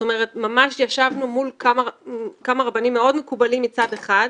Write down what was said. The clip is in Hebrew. זאת אומרת ממש ישבנו מול כמה רבנים מאוד מקובלים מצד אחד,